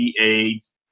AIDS